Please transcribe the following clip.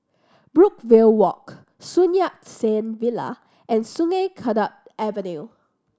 Brookvale Walk Sun Yat Sen Villa and Sungei Kadut Avenue